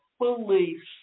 beliefs